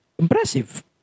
Impressive